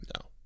No